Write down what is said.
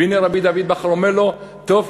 והנה, רבי דוד בכר אומר לו, טוב,